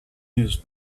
his